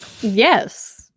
Yes